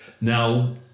Now